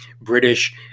British